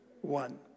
one